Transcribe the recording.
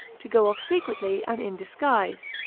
to go off secretly and in disguise.